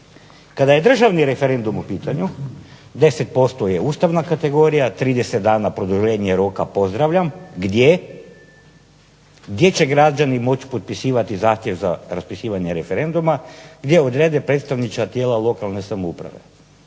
Kada je državni referendum u pitanju 10% je ustavna kategorija, 30 dana produženje roka pozdravljam gdje će građani moći potpisivati zahtjev za raspisivanje referenduma. Gdje odrede predstavnička tijela lokalne samouprave.